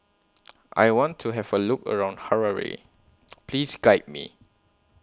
I want to Have A Look around Harare Please Guide Me